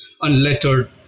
Unlettered